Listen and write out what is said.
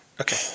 okay